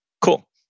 cool